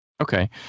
Okay